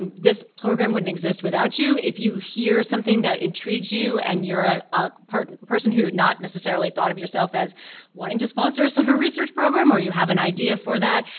this program wouldn't exist without you. if you hear something that intrigues you and you're ah um a person who would not necessarily thought of yourself as wanting to sponsor a summer research program, or you have an idea for that.